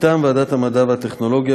מטעם ועדת המדע והטכנולוגיה,